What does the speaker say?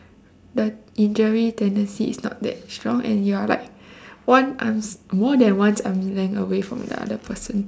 the injury tendency is not that strong and you are like one arms more than one arm length away from that other person